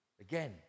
Again